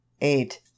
eight